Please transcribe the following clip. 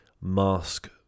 mask